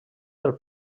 del